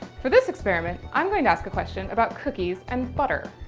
for this experiment, i'm going to ask a question about cookies and butter.